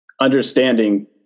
understanding